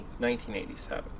1987